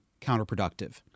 counterproductive